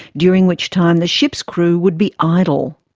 during which time the ship's crew would be idle.